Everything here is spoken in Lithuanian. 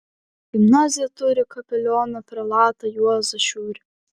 gimnazija turi kapelioną prelatą juozą šiurį